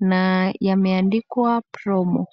na yameandikwa promo .